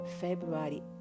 February